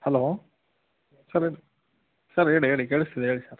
hello sir ಇದ್ sir ಹೇಳಿ ಹೇಳಿ ಕೇಳಿಸ್ತಿದೆ ಹೇಳಿ ಸರ್